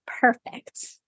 Perfect